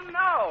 no